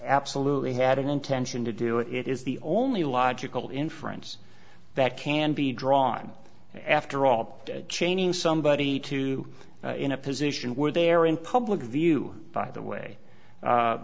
absolutely had an intention to do it it is the only logical inference that can be drawn after all chaining somebody to in a position where they're in public view by the way